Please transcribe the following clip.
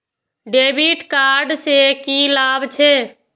डेविट कार्ड से की लाभ छै?